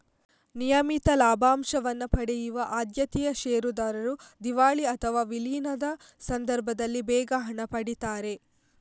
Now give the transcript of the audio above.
ನಿಯಮಿತ ಲಾಭಾಂಶವನ್ನ ಪಡೆಯುವ ಆದ್ಯತೆಯ ಷೇರುದಾರರು ದಿವಾಳಿ ಅಥವಾ ವಿಲೀನದ ಸಂದರ್ಭದಲ್ಲಿ ಬೇಗ ಹಣ ಪಡೀತಾರೆ